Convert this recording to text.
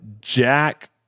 Jack